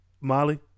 Molly